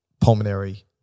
pulmonary